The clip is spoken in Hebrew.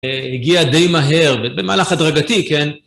הגיע די מהר, במהלך הדרגתי, כן?